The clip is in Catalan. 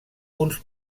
uns